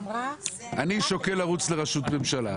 אני שוקל לרוץ לראשות ממשלה,